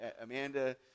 Amanda